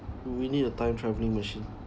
we need a time traveling machine